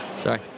Sorry